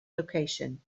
location